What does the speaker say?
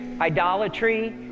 idolatry